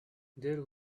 there